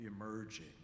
emerging